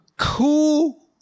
cool